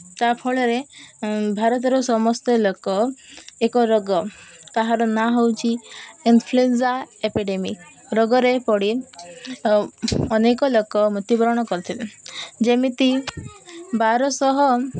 ତା'ଫଳରେ ଭାରତର ସମସ୍ତ ଲୋକ ଏକ ରୋଗ ତାହାର ନାଁ ହେଉଛି ଇନ୍ଫ୍ଲୁଏନ୍ଜା ଏପିଡ଼େମିକ୍ ରୋଗରେ ପଡ଼ି ଅନେକ ଲୋକ ମୃତ୍ୟୁବରଣ କରିଥିଲେ ଯେମିତି ବାରଶହ